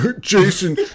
jason